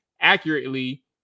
accurately